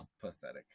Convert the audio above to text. pathetic